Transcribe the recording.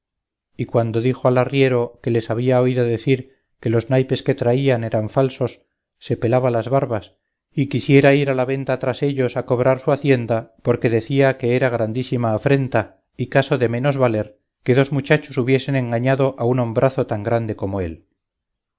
y cuando dijo al arriero que les había oído decir que los naipes que traían eran falsos se pelaba las barbas y quisiera ir a la venta tras ellos a cobrar su hacienda porque decía que era grandísima afrenta y caso de menos valer que dos muchachos hubiesen engañado a un hombrazo tan grande como él